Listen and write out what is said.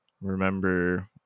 remember